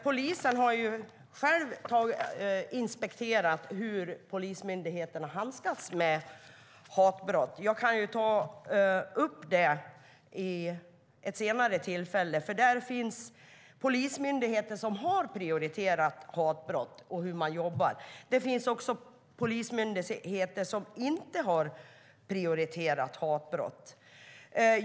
Polisen har själv inspekterat hur polismyndigheterna har handskats med hatbrott. Jag kan ta upp det vid ett senare tillfälle. Där finns polismyndigheter som har prioriterat hatbrott och hur man jobbar mot det. Det finns också polismyndigheter som inte har prioriterat hatbrott.